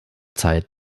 zeit